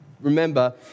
Remember